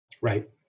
Right